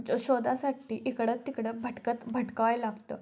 जो शोधासाठी इकडं तिकडं भटकत भटकावाय लागतं